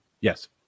Yes